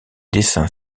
dessin